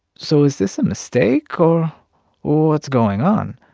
so is this a mistake, or or what's going on?